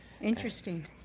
Interesting